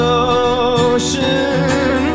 ocean